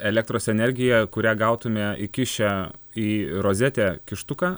elektros energiją kurią gautume įkišę į rozetę kištuką